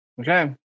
Okay